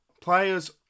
players